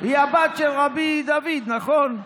היא הבת של רבי דוד, נכון?